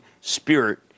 spirit